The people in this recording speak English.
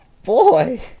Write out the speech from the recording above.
Boy